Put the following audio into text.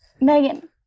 Megan